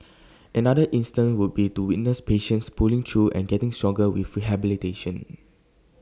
another instance would be to witness patients pulling through and getting stronger with rehabilitation